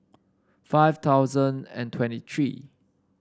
five thousand and twenty three